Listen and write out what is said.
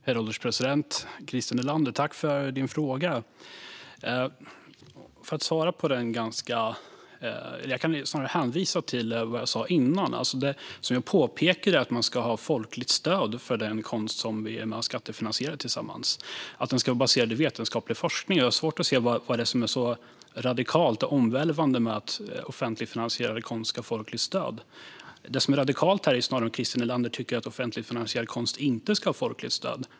Herr ålderspresident! Tack för din fråga, Christer Nylander! För att svara på den kan jag bara hänvisa till det jag sa innan: Man ska ha folkligt stöd för den konst som man skattefinansierar tillsammans, och den ska vara baserad i vetenskaplig forskning. Jag har svårt att se vad som är så radikalt och omvälvande med att offentligt finansierad konst ska ha folkligt stöd. Det som är radikalt här är snarare om Christer Nylander tycker att offentligt finansierad konst inte ska ha folkligt stöd.